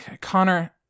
Connor